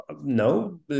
no